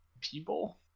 people